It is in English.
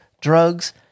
drugs